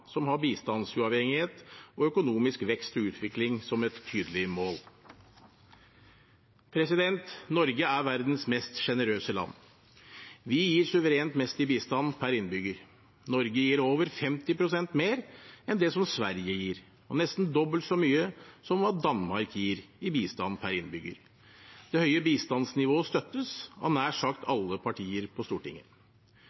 som har bistandsuavhengighet og økonomisk vekst og utvikling som et tydelig mål. Norge er verdens mest sjenerøse land. Vi gir suverent mest i bistand per innbygger. Norge gir over 50 pst. mer enn det Sverige gir, og nesten dobbelt så mye som hva Danmark gir i bistand per innbygger. Det høye bistandsnivået støttes av nær sagt